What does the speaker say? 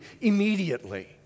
immediately